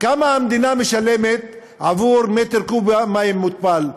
כמה המדינה משלמת עבור מטר מעוקב מים מותפלים?